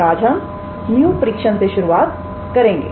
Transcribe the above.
और आज हम 𝜇 परीक्षण 𝜇 testसे शुरुआत करेंगे